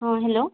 ହଁ ହ୍ୟାଲୋ